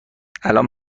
الان